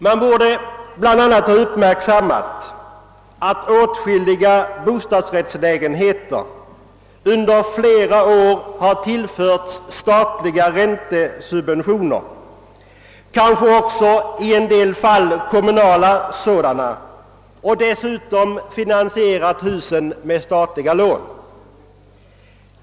Man borde bland annat ha uppmärksammat att åtskilliga bostadsrättslägenheter under flera år har tillförts statliga räntesubventioner — i en del fall kanske också kommunala sådana — och att husen dessutom har finansierats med statliga lån.